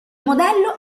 modello